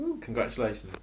Congratulations